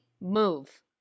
Move